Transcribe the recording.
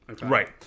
Right